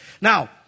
Now